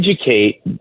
educate